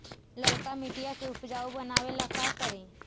लालका मिट्टियां के उपजाऊ बनावे ला का करी?